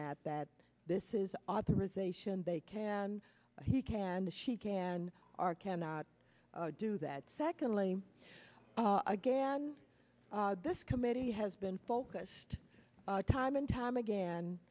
that that this is authorization they can he can she can our cannot do that secondly again this committee has been focused time and time again